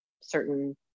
certain